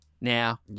Now